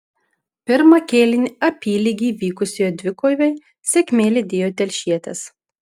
pirmą kėlinį apylygiai vykusioje dvikovoje sėkmė lydėjo telšietes